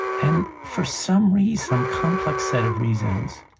and for some reason, some complex set of reasons,